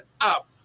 up